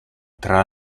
tra